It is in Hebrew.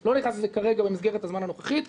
אני לא נכנס לזה כרגע במסגרת הזמן הנוכחית.